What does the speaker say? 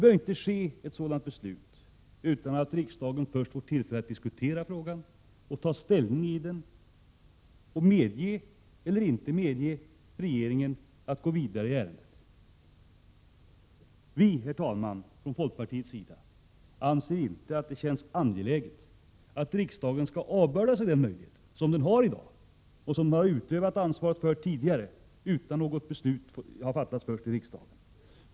Ett sådant här beslut bör inte fattas utan att riksdagen först får tillfälle att diskutera frågan, ta ställning i den och medge eller inte medge regeringen att gå vidare i ärendet. Herr talman! Vi i folkpartiet anser inte att det känns angeläget att riksdagen skall avhända sig den möjlighet den i dag har och som den tidigare utnyttjat, utan att beslut först fattas av riksdagen.